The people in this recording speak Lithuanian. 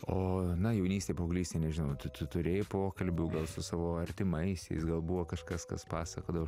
o na jaunystėj paauglystėj nežinau tu tu turėjai pokalbių su savo artimaisiais gal buvo kažkas kas pasakodavo